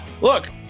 look